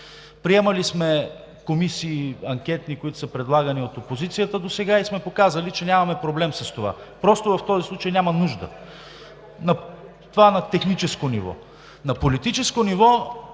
Приемали сме анкетни комисии, които са предлагани от опозицията досега и сме показали, че нямаме проблем с това. В този случай просто няма нужда. Това на техническо ниво. На политическо ниво.